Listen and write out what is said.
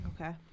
okay